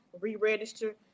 re-register